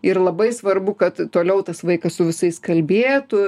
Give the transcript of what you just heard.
ir labai svarbu kad toliau tas vaikas su visais kalbėtų